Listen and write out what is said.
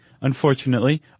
unfortunately